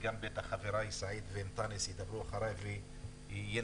ובטח חבריי סעיד ואנטאנס ידברו אחריי וינמקו